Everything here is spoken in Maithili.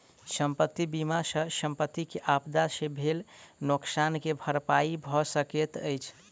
संपत्ति बीमा सॅ संपत्ति के आपदा से भेल नोकसान के भरपाई भअ सकैत अछि